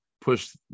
push